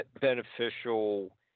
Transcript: beneficial